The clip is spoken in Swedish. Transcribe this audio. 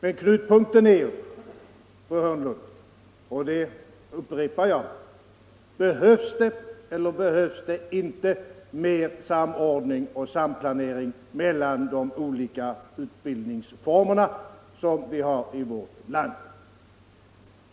1" Knutpunkten, fru Hörnlund, är ju — det upprepar jag — frågan: Behövs det eller behövs det inte mer samordning och samplanering mellan de olika utbildningsformer som vi har i vårt land?